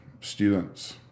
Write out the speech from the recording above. students